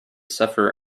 sufferer